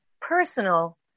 personal